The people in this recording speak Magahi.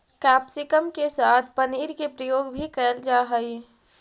कैप्सिकम के साथ पनीर के प्रयोग भी कैल जा हइ